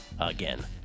Again